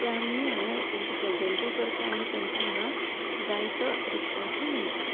तें आमी हांगा तेंचे प्रेजेंटूय करता आनी तांकां हांगा जाय तो रिस्पोन्सूय मेळटा